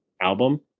album